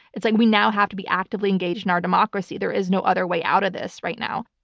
it's like we now have to be actively engaged in our democracy. there is no other way out of this right now.